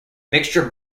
mixture